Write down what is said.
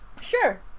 sure